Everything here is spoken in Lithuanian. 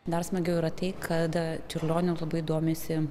dar smagiau yra tai kad čiurlioniu labai domisi